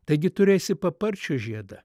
taigi turėsi paparčio žiedą